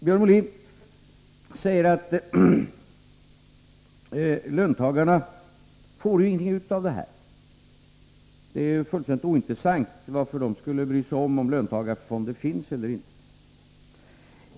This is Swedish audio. Björn Molin säger att löntagarna inte får ut någonting av löntagarfonderna, att det är fullständigt ointressant för dem att bry sig om ifall löntagarfonder finns eller inte.